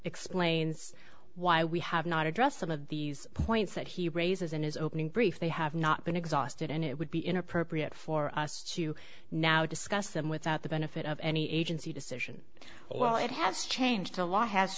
explains why we have not addressed some of these points that he raises in his opening brief they have not been exhausted and it would be inappropriate for us to now discuss them without the benefit of any agency decision well it has changed the law has